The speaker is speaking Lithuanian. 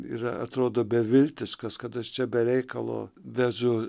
yra atrodo beviltiškas kad aš čia be reikalo vežu